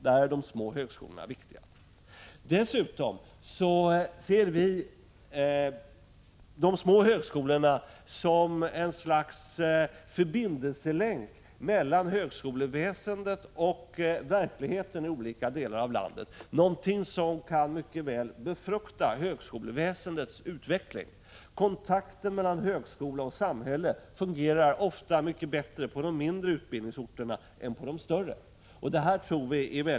Där är de små högskolorna viktiga. Vi ser dessutom de små högskolorna som ett slags förbindelselänk mellan högskoleväsendet och den verklighet som råder i olika delar av landet och något som mycket väl kan befrämja högskoleväsendets utveckling. Vitror att detta är bra för hela högskoleväsendets utveckling. Kontakten mellan högskola och samhälle fungerar ofta mycket bättre på de mindre utbildningsorterna än på de större.